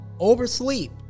oversleep